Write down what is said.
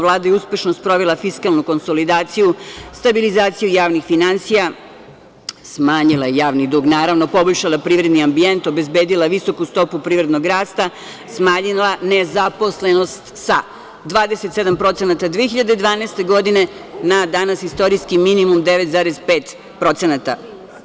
Vlada je uspešno sprovela fiskalnu konsolidaciju, stabilizaciju javnih finansija, smanjila javni dug, naravno, poboljšala privredni ambijent, obezbedila visoku stopu privrednog rasta, smanjila nezaposlenost sa 27% 2012. godine na danas istorijski minimum 9,5%